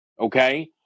okay